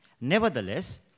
Nevertheless